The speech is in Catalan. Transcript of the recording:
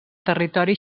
territori